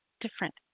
different